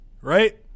right